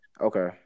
Okay